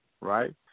right